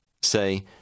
Say